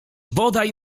bodaj